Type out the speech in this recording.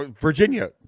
Virginia